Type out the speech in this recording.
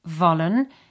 Wollen